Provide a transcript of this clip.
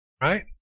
right